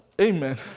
Amen